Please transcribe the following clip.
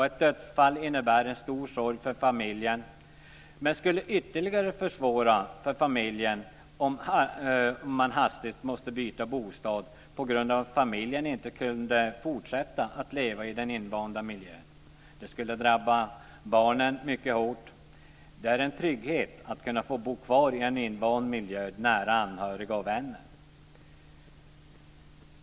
Ett dödsfall innebär en stor sorg för familjen, men det skulle ytterligare försvåra för familjen om man hastigt måste byta bostad på grund av att man inte skulle kunna fortsätta att leva i den invanda miljön. Detta skulle drabba barnen mycket hårt. Det är en trygghet att kunna bo kvar i en invand miljö nära anhöriga och vänner.